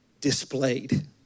displayed